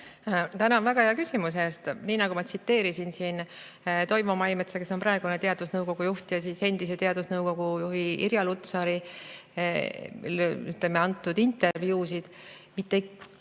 Tänan väga hea küsimuse eest! Nii nagu ma tsiteerisin siin Toivo Maimetsa, kes on praegune teadusnõukoja juht, ja endise teadusnõukoja juhi Irja Lutsari antud intervjuusid – mitte